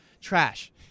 trash